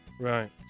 Right